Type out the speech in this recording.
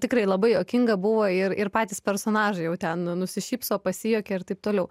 tikrai labai juokinga buvo ir ir patys personažai jau ten nusišypso pasijuokia ir taip toliau